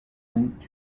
linked